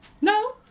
No